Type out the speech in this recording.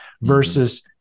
versus